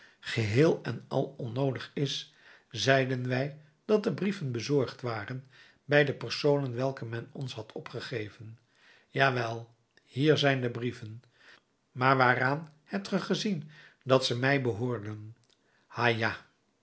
geheel en al onnoodig is zeiden wij dat de brieven bezorgd waren bij de personen welke men ons had opgegeven ja wel hier zijn de brieven maar waaraan hebt ge gezien dat ze mij behoorden ha